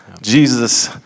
Jesus